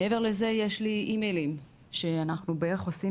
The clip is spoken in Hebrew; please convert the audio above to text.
מעבר לזה יש לי אימיילים שאנחנו בערך עושים